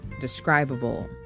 describable